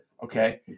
Okay